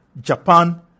Japan